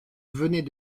venait